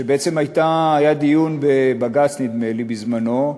שבעצם היה דיון בבג"ץ, נדמה לי, בזמנו,